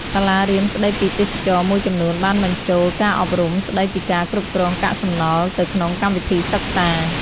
សាលារៀនស្តីពីទេសចរណ៍មួយចំនួនបានបញ្ចូលការអប់រំស្តីពីការគ្រប់គ្រងកាកសំណល់ទៅក្នុងកម្មវិធីសិក្សា។